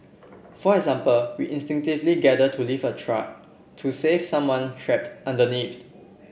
for example we instinctively gather to lift a truck to save someone trapped underneath